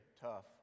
tough